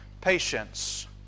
patience